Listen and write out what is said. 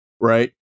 Right